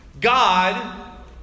God